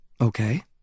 Okay